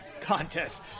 contest